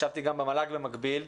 ישבתי גם במל"ג במקביל.